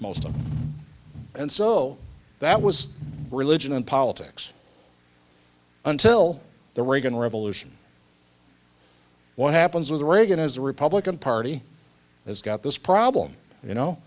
most them and so that was religion and politics until the reagan revolution what happens with reagan as the republican party has got this problem you know